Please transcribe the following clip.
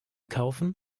kaufen